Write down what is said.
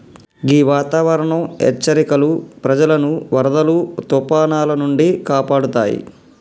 గీ వాతావరనం హెచ్చరికలు ప్రజలను వరదలు తుఫానాల నుండి కాపాడుతాయి